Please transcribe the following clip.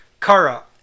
Kara